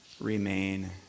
remain